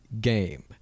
game